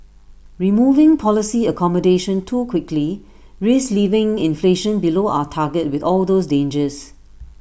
removing policy accommodation too quickly risks leaving inflation below our target with all those dangers